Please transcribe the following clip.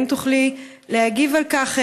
האם תוכלי להגיב על כך?